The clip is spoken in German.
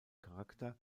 charakter